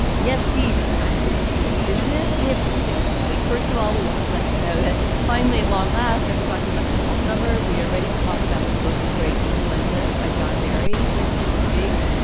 yes, steve, it's time to do this week's business. we have a few things this week. first of all, we want to let you know that finally, at long last, after talking about this all summer, we are ready to talk about the book, the great influenza by john barry. this is a big,